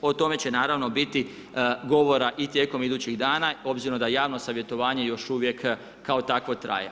O tome će naravno biti govora i tijekom idućih dana, obzirom da javno savjetovanje još uvijek kao takvo traje.